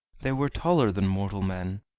they were taller than mortal men,